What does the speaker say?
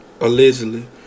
allegedly